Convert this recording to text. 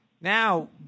Now